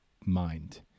mind